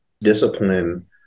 discipline